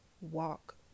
walk